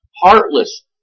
Heartless